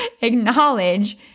acknowledge